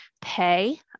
pay